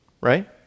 Right